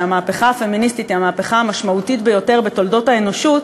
שהמהפכה הפמיניסטית היא המהפכה המשמעותית ביותר בתולדות האנושות,